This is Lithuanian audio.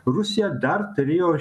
rusija dar turėjo